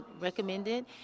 recommended